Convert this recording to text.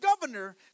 governor